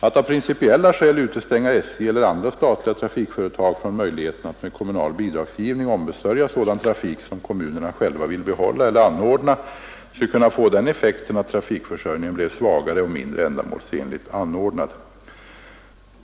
Att av principiella skäl utestänga SJ eller andra statliga trafikföretag från möjligheten att med kommunal bidragsgivning ombesörja sådan trafik som kommunerna själva vill behålla eller anordna skulle kunna få den effekten att trafikförsörjningen blev svagare och mindre ändamålsenligt anordnad.